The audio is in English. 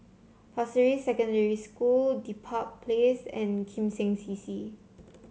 Pasir Ris Secondary School Dedap Place and Kim Seng C C